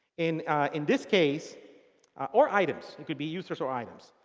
in in this case or items. it could be users or items.